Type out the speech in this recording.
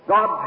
God